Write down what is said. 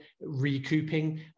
recouping